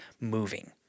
moving